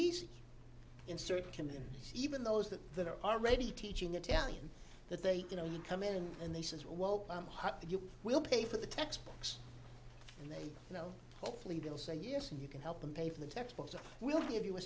easy in certain can even those that are already teaching italian that they you know you come in and they says well you will pay for the textbooks and then you know hopefully they'll say yes and you can help them pay for the textbooks or we'll give you a